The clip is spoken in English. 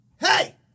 Hey